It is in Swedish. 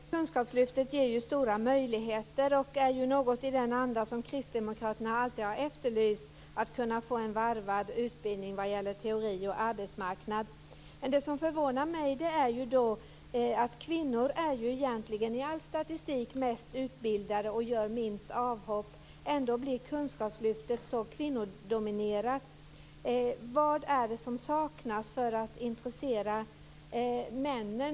Herr talman! Kunskapslyftet ger stora möjligheter och är något i den anda som Kristdemokraterna alltid har efterlyst, dvs. en varvad utbildning vad gäller teori och arbetsmarknad. Det som förvånar mig är att kunskapslyftet är så kvinnodominerat. I all statistik är kvinnor mest utbildade och gör minst avhopp. Vad är det som behövs för att intressera männen?